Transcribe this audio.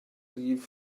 rif